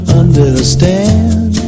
understand